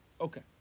Okay